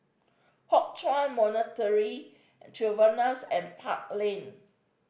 Hock Chuan Monastery Chevrons and Park Lane